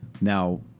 now